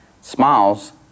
smiles